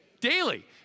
Daily